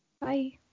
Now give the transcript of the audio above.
Bye